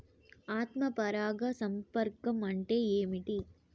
ఆత్మ పరాగ సంపర్కం అంటే ఏంటి?